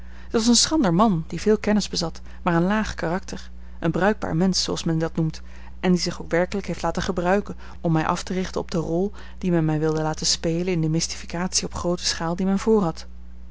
het was een schrander man die veel kennis bezat maar een laag karakter een bruikbaar mensch zooals men dat noemt en die zich ook werkelijk heeft laten gebruiken om mij af te richten op de rol die men mij wilde laten spelen in de mystificatie op groote schaal die men